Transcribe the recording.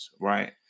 right